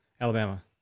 Alabama